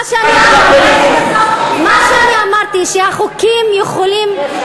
שאני אמרתי, שהחוקים יכולים,